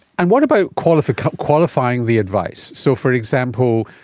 and what about qualifying qualifying the advice? so, for example,